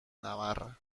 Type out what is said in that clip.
navarra